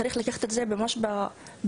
צריך לקחת את זה ממש ברצינות.